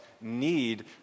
need